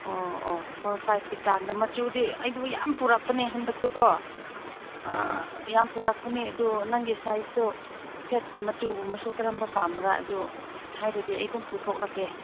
ꯑꯣ ꯑꯣ ꯐꯣꯔ ꯐꯥꯏꯕ ꯆꯥꯡꯗ ꯃꯆꯨꯗꯤ ꯑꯩꯗꯨ ꯌꯥꯝ ꯄꯨꯔꯛꯄꯅꯦ ꯍꯟꯗꯛꯁꯨꯀꯣ ꯌꯥꯝ ꯄꯨꯔꯛꯄꯅꯦ ꯑꯗꯨ ꯅꯪꯒꯤ ꯁꯥꯏꯖꯇꯣ ꯍꯥꯏꯐꯦꯠ ꯃꯆꯨꯒꯨꯝꯕꯁꯨ ꯀꯔꯝꯕ ꯄꯥꯝꯕꯔꯥ ꯑꯗꯨ ꯍꯥꯏꯔꯗꯤ ꯑꯩ ꯑꯗꯨꯝ ꯄꯨꯊꯣꯛꯂꯛꯀꯦ